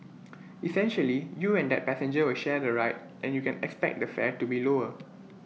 essentially you and that passenger will share the ride and you can expect the fare to be lower